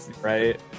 Right